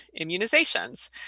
immunizations